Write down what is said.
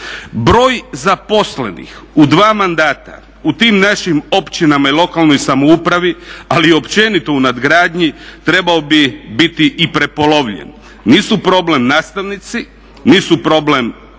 Broj zaposlenih u 2 mandata u tim našim općinama i lokalnoj samoupravi ali općenito u nadgradnji trebao bi biti i prepolovljen. Nisu problem nastavnici, nisu problem učitelji,